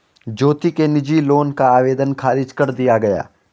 ज्योति के निजी लोन का आवेदन ख़ारिज कर दिया गया